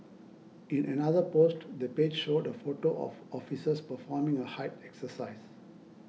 in another post the page showed a photo of officers performing a height exercise